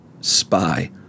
spy